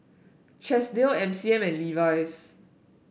Chesdale M C M and Levi's